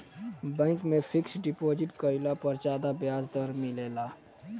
bank में fixed deposit कईला पर ज्यादा ब्याज दर मिलेला